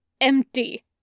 empty